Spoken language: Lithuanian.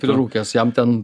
prirūkęs jam ten